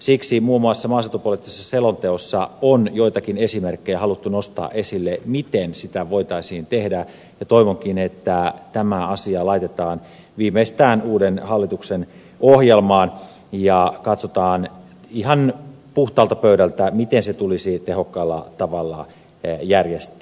siksi muun muassa maaseutupoliittisessa selonteossa on haluttu nostaa esille joitakin esimerkkejä miten sitä voitaisiin tehdä ja toivonkin että tämä asia laitetaan viimeistään uuden hallituksen ohjelmaan ja katsotaan ihan puhtaalta pöydältä miten se tulisi tehokkaalla tavalla järjestää